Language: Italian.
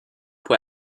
può